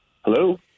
hello